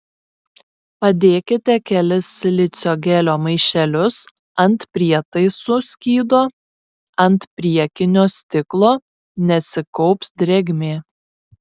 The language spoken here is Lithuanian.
padėkite kelis silicio gelio maišelius ant prietaisų skydo ant priekinio stiklo nesikaups drėgmė